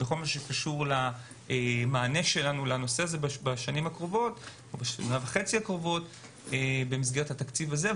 בכל מה שקשור למענה שלנו לנושא הזה בשנים הקרובות במסגרת התקציב הזה.